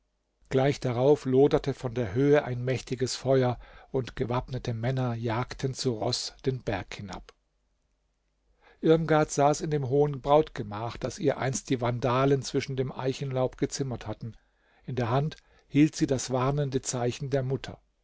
gleich darauf loderte von der höhe ein mächtiges feuer und gewappnete männer jagten zu roß den berg hinab irmgard saß in dem hohen brautgemach das ihr einst die vandalen zwischen dem eichenlaub gezimmert hatten in der hand hielt sie das warnende zeichen der mutter